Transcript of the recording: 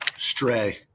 Stray